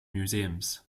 museums